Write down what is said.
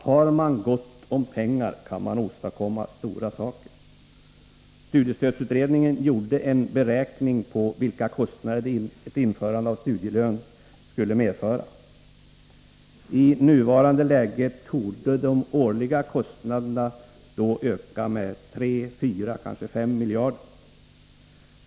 Har man gott om pengar, kan man åstadkomma stora saker. Studiestödsutredningen gjorde en beräkning på vilka kostnader ett införande av studielön skulle medföra. I nuvarande läge torde de årliga kostnaderna öka med 3, 4 eller kanske 5 miljarder.